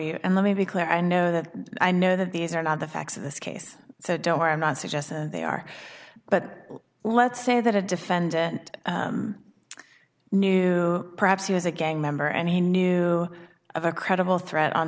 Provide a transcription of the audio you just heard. you and let me be clear i know that i know that these are not the facts of this case so don't worry i'm not suggesting they are but let's say that a defendant knew perhaps he was a gang member and he knew of a credible threat on